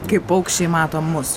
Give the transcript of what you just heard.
kaip paukščiai mato mus